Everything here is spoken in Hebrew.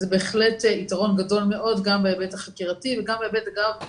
אז זה בהחלט יתרון גדול מאוד גם בהיבט החקירתי וגם בהיבט של